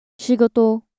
Shigoto